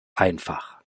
einfach